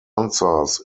answers